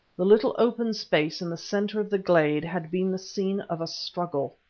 the little open space in the centre of the glade had been the scene of a struggle.